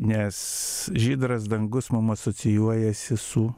nes žydras dangus mum asocijuojasi su